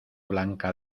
blanca